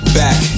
back